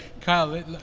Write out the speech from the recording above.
Kyle